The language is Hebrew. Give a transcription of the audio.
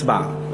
הצבעה.